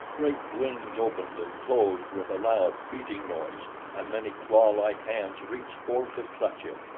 great wings opened and closed with a loud, beating noise and many clawlike hands reached forth to clutch him.